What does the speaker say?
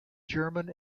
german